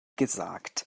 gesagt